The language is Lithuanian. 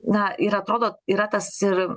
na ir atrodo yra tas ir